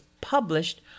published